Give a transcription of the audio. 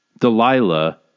Delilah